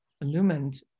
illumined